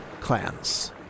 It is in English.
clans